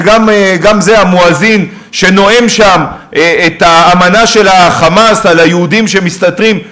וגם זה המואזין שנואם שם את האמנה של ה"חמאס" על היהודים שמסתתרים?